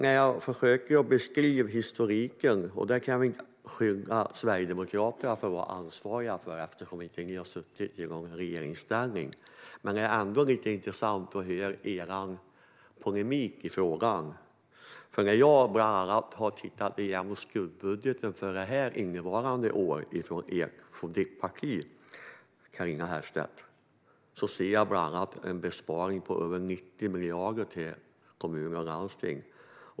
Sedan försöker jag beskriva historiken. Vi kan inte beskylla Sverigedemokraterna för att vara ansvariga, eftersom ni inte har suttit i regeringsställning. Men det är ändå lite intressant att höra polemiken i frågan. Jag har bland annat tittat igenom skuggbudgeten för innevarande år från ditt parti, Carina Herrstedt. Där ser jag bland annat en besparing på över 90 miljarder när det gäller kommuner och landsting.